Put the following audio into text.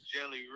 jelly